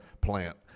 plant